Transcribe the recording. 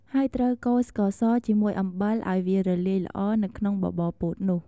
ហើយត្រូវកូរស្ករស ជាមួយអំបិលឱ្យវារលាយល្អនៅក្នុងបបរពោតនោះ។